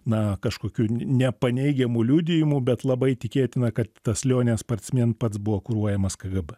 na kažkokių nepaneigiamų liudijimų bet labai tikėtina kad tas lionė sparcmėn pats buvo kuruojamas kgb